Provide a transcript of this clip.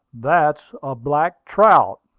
that's a black trout,